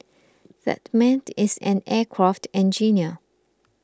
that man is an aircraft engineer